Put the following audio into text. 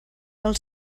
del